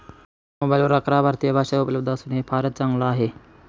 मोबाईलवर अकरा भारतीय भाषा उपलब्ध असून हे फारच चांगल आहे